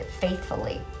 faithfully